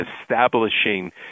establishing